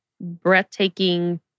breathtaking